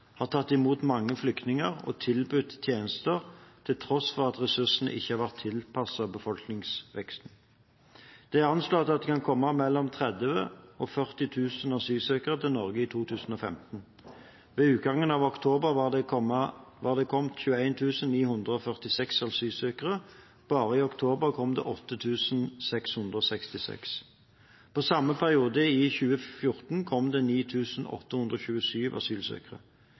har tatt imot mange flyktninger og tilbudt tjenester til tross for at ressursene ikke har vært tilpasset befolkningsveksten. Det er anslått at det kan komme mellom 30 000 og 40 000 asylsøkere til Norge i 2015. Ved utgangen av oktober hadde det kommet 21 946 asylsøkere, bare i oktober kom det 8 666. I samme periode i 2014 kom det 9 827 asylsøkere.